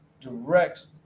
direct